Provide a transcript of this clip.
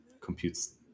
computes